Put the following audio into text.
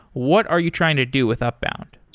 what are you trying to do with upbound?